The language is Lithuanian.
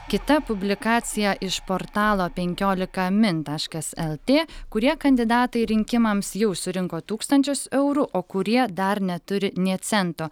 kita publikacija iš portalo penkiolika min taškas lt kurie kandidatai rinkimams jau surinko tūkstančius eurų o kurie dar neturi nė cento